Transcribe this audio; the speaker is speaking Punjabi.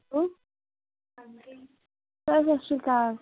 ਹੈਲੋ ਹਾਂਜੀ ਸਰ ਸਤਿ ਸ਼੍ਰੀ ਅਕਾਲ